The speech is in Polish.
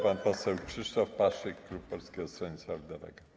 Pan poseł Krzysztof Paszyk, klub Polskiego Stronnictwa Ludowego.